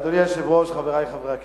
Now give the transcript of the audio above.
אדוני היושב-ראש, חברי חברי הכנסת,